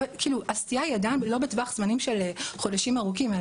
היא עדיין לא בטווח זמנים של חודשים ארוכים,